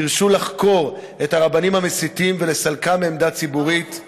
דרשו לחקור את הרבנים המסיתים ולסלקם מעמדה ציבורית.